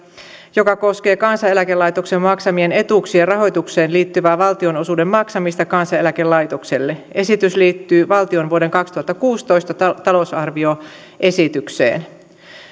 joka koskee kansaneläkelaitoksen maksamien etuuksien rahoitukseen liittyvää valtionosuuden maksamista kansaneläkelaitokselle esitys liittyy valtion vuoden kaksituhattakuusitoista talousarvioesitykseen